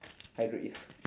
hydro is